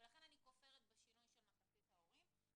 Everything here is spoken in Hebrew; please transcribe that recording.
לכן אני כופרת בשינוי של מחצית ההורים.